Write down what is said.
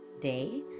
day